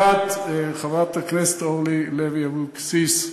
אחת, חברת הכנסת אורלי לוי אבקסיס,